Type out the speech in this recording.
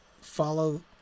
follow